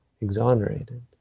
exonerated